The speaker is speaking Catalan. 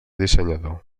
dissenyador